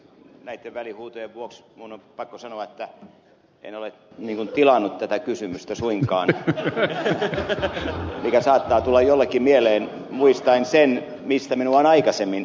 näitten välihuutojen vuoksi minun on pakko sanoa että en ole tilannut tätä kysymystä suinkaan mikä saattaa tulla joillekin mieleen muistaen sen mistä minua on aikaisemmin syytetty